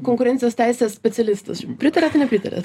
konkurencijos teisės specialistas pritariat nepritariat